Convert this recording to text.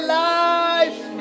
life